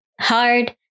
hard